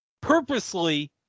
purposely